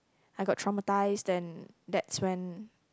I got traumatised and that's when